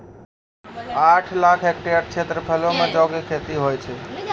आठ लाख हेक्टेयर क्षेत्रफलो मे जौ के खेती होय छै